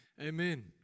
amen